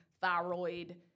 thyroid